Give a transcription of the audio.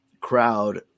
crowd